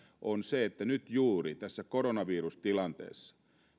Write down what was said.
on se että nyt juuri tässä koronavirustilanteessa